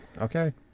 Okay